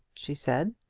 she said.